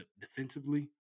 defensively